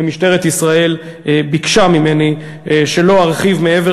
משטרת ישראל ביקשה ממני שלא ארחיב מעבר